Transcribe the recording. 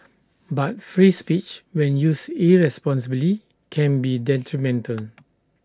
but free speech when used irresponsibly can be detrimental